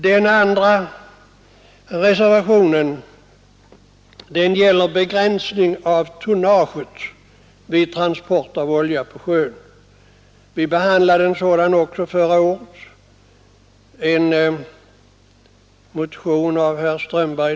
Den andra reservationen gäller begränsning av tonnaget vid transport av olja på Östersjön. Vi behandlade denna fråga också förra året, då med anledning av en motion av herr Strömberg.